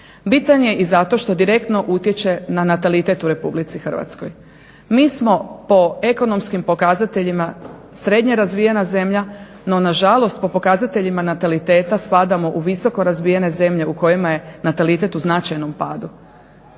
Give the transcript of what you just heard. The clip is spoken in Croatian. Bitan je i zato što direktno utječe na natalitet u RH. Mi smo po ekonomskim pokazateljima srednje razvijena zemlja no nažalost po pokazateljima nataliteta spadamo u visoko razvijene zemlje u kojima je natalitet u značajnom padu.